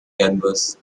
canvas